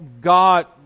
God